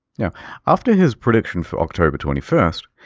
now after his prediction for october twenty first,